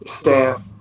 staff